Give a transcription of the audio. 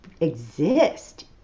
exist